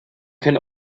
can